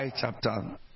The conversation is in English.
chapter